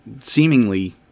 seemingly